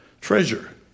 treasure